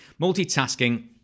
multitasking